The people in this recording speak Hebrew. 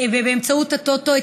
ובאמצעות הטוטו,